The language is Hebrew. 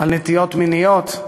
על נטיות מיניות,